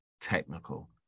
technical